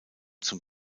zum